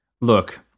Look